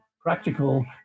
practical